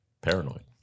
paranoid